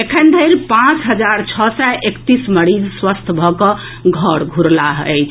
एखन धरि पांच हजार छओ सय एकतीस मरीज स्वस्थ भऽ कऽ घर घूरलाह अछि